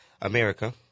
America